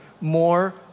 more